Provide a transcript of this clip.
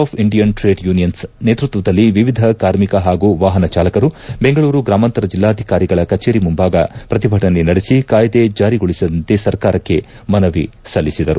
of Indian ಟೀಡ್ unions ನೇತೃತ್ವದಲ್ಲಿ ವಿವಿಧ ಕಾರ್ಮಿಕ ಹಾಗೂ ವಾಹನ ಚಾಲಕರು ಬೆಂಗಳೂರು ಗ್ರಾಮಾಂತರ ಜಿಲ್ಲಾಧಿಕಾರಿಗಳ ಕಚೇರಿ ಮುಂಭಾಗ ಪ್ರತಿಭಟನೆ ನಡೆಸಿ ಕಾಯ್ದೆಯನ್ನು ಜಾರಿಗೊಳಿಸದಂತೆ ಸರ್ಕಾರಕ್ಕೆ ಮನವಿ ಸಲ್ಲಿಸಿದರು